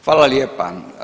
Hvala lijepa.